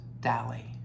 dally